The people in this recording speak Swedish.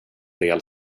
del